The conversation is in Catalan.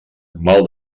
mal